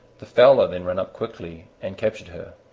the fowler then ran up quickly and captured her.